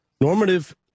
normative